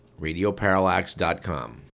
radioparallax.com